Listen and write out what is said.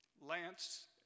Lance